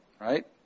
Right